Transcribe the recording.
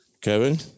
Kevin